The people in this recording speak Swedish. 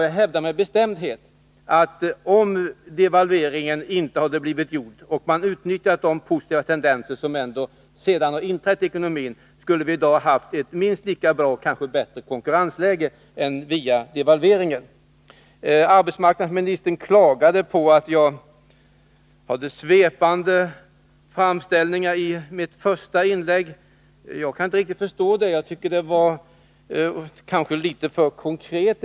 Jag hävdar med bestämdhet att om devalveringen inte hade genomförts och man hade utnyttjat de positiva tendenser som ändå har inträtt i ekonomin skulle vi i dag ha haft ett minst lika bra, kanske bättre, konkurrensläge än det som vi fick via devalveringen. Arbetsmarknadsministern klagade på att jag hade svepande framställningar i mitt första inlägg. Jag kan inte riktigt förstå det. Jag tyckte att jag kanske var litet för konkret.